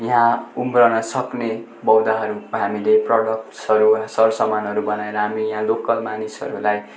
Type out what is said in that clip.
यहाँ उम्रन सक्ने पौधाहरू हामीले प्रडक्ट्सहरू सरसामानहरू बनाएर हामी यहाँ लोकल मानिसहरूलाई